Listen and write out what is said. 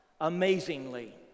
amazingly